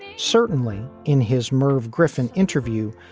certainly in his merv griffin interview.